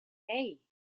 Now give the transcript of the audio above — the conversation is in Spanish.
hey